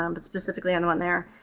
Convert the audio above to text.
um but specifically on the one there,